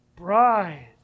bride